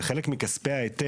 לא רק שלא נעשה,